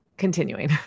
continuing